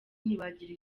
ntibagira